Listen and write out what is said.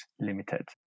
limited